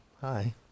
Hi